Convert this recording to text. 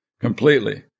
completely